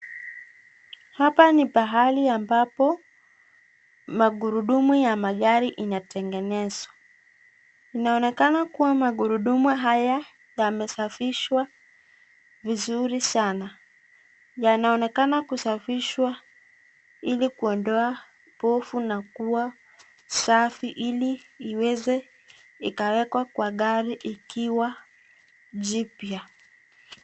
Hapa ni pahali ambapo magurudumu ya magari hutengenezwa, inaonekana kuwa magurudumu haya yamesafishwa vizuri sana. Yanaonekana kusafishwa ili kuodoa pofu na kuwa safi ili iweze ikawekwa kwa gari ikiwa jipya.